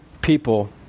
people